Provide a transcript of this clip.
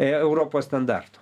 europos standartų